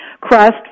crust